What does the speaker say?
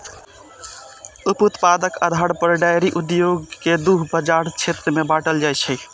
उप उत्पादक आधार पर डेयरी उद्योग कें दू बाजार क्षेत्र मे बांटल जाइ छै